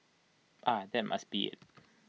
ah that must be IT